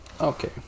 Okay